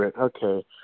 Okay